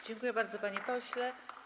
Dziękuję bardzo, panie pośle.